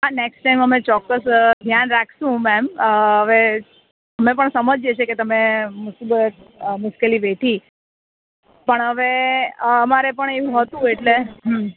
હાં next time અમે ચોક્કસ ધ્યાન રાખશું મેમ હવે અમે પણ સમજીએ છે કે તમે મુસીબત મુશ્કેલી વેઠી પણ હવે અમારે પણ એવું હતું એટલે હં